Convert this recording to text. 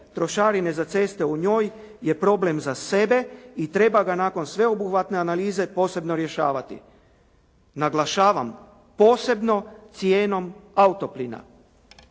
trošarine za ceste u njoj je problem za sebe i treba ga nakon sveobuhvatne analize posebno rješavati. Naglašavam, posebno cijenom autoplina.